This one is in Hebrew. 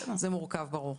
זה מורכב, ברור.